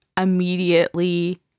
immediately